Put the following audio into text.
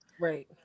Right